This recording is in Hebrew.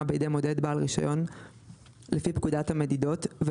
בידי מודד בעל רישיון לפי פקודת המדידות‏,